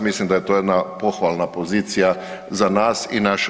Mislim da je to jedna pohvalna pozicija za nas i naš rad.